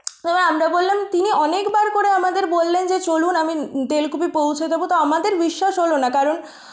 এবার আমরা বললাম তিনি অনেকবার করে আমাদের বললেন যে চলুন আমি তেলকুপি পৌঁছে দেবো তো আমাদের বিশ্বাস হলো না কারণ